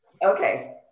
Okay